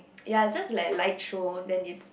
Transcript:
ya just like a light show then is